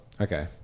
Okay